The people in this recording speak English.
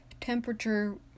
temperature